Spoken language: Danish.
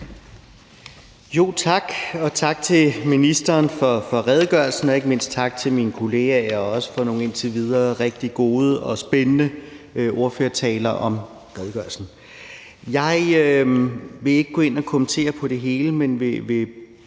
Tak, og tak til ministeren for redegørelsen, og ikke mindst tak til mine kolleger og for nogle indtil videre rigtig gode og spændende ordførertaler om redegørelsen. Jeg vil ikke gå ind og kommentere på det hele, men vil